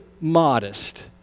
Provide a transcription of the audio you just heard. modest